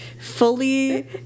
fully